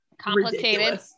complicated